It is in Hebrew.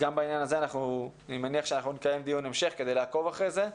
אני מניח שנקיים דיון המשך כדי לעקוב אחרי זה.